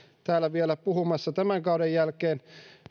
täällä vielä puhumassa tämän kauden jälkeen